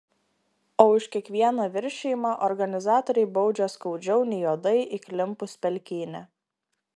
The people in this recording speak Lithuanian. o už kiekvieną viršijimą organizatoriai baudžia skaudžiau nei uodai įklimpus pelkyne